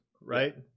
right